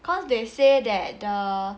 cause they say that the